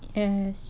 ya